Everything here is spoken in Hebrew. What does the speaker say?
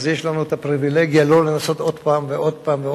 אז יש לנו הפריווילגיה שלא לנסות שוב ושוב ושוב?